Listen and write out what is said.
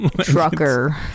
Trucker